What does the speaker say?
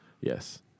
Yes